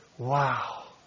Wow